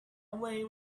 away